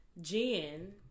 Jen